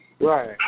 Right